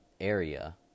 area